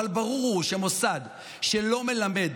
אבל ברור שמוסד שלא מלמד,